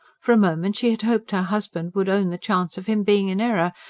for a moment she had hoped her husband would own the chance of him being in error.